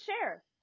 share